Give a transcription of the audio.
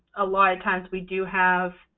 a lot of times we do have